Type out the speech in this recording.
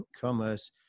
commerce